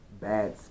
bad